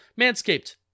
Manscaped